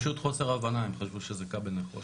פשוט חוסר הבנה, הם חשבו שזה כבל נחושת.